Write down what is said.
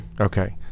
Okay